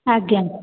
ଆଜ୍ଞା